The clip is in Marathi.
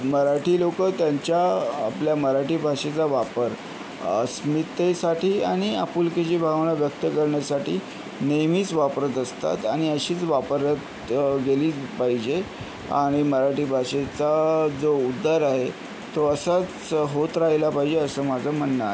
मराठी लोक त्यांच्या आपल्या मराठी भाषेचा वापर अस्मितेसाठी आणि आपुलकीची भावना व्यक्त करण्यासाठी नेहमीच वापरत असतात आणि अशीच वापरत गेली पाहिजे आणि मराठी भाषेचा जो उद्धार आहे तो असाच होत राहिला पाहिजे असं माझं म्हणणं आहे